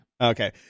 Okay